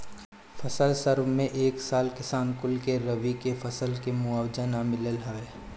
फसल सर्वे में ए साल किसान कुल के रबी के फसल के मुआवजा ना मिलल हवे